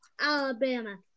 Alabama